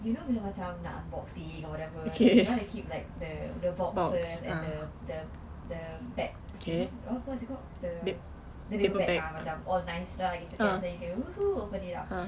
you know bila macam nak unboxing or whatever right you want to keep like the the boxes and the the the bags you know what is it called the the yellow bag ah macam all nice gitu kan so !woohoo! open it up